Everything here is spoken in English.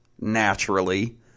naturally